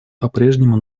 попрежнему